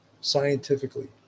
scientifically